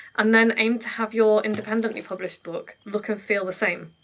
and then aim to have your independently published book look and feel the same.